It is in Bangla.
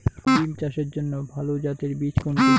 বিম চাষের জন্য ভালো জাতের বীজ কোনটি?